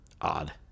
Odd